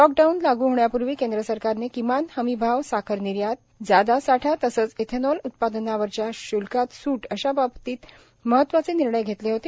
lockdown लागू होण्यापूर्वी केंद्र सरकारने किमान हमी भाव साखर निर्यात जादा साठा तसंच एथेनॉल उत्पादनावरच्या श्ल्कात सूट अशा बाबतीत महत्त्वाचे निर्णय घेतले होते